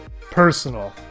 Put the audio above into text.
personal